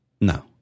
No